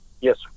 Yes